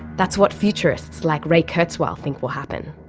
that's what futurists like ray kurzweil think will happen.